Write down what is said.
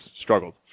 struggled